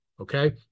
Okay